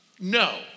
no